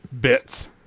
bits